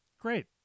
Great